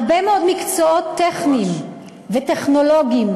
הרבה מאוד מקצועות טכניים וטכנולוגיים,